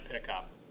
pickup